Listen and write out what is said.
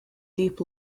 deep